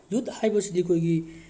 ꯌꯨꯠ ꯍꯥꯏꯕꯁꯤꯗꯤ ꯑꯩꯈꯣꯏꯒꯤ